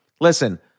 listen